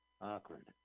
Awkward